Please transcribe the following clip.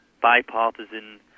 bipartisan